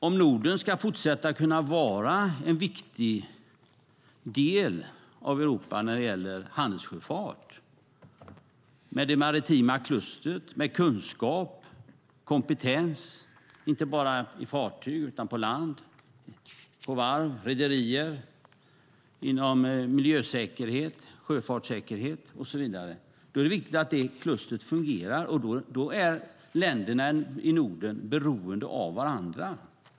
Om Norden ska kunna fortsätta att vara en viktig del av Europa när det gäller handelssjöfart och det maritima klustret - med kunskap och kompetens, inte bara när det gäller fartyg utan också på land på varv och rederier, inom miljösäkerhet, sjöfartssäkerhet och så vidare - är det viktigt att klustret fungerar, och då är länderna i Norden beroende av varandra.